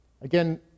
Again